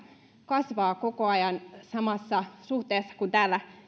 kasvaa koko ajan samassa suhteessa kuin täällä